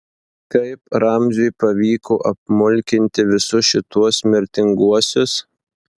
kaip ramziui pavyko apmulkinti visus šituos mirtinguosius